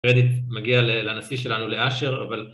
קרדיט מגיע לנשיא שלנו לאשר אבל